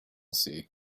see